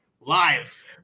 live